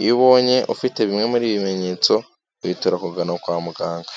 iyo ubonye ufite bimwe muri ibi bimenyetso, witura kugana kwa muganga.